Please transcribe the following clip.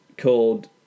called